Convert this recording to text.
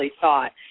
thought